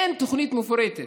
אין תוכנית מפורטת.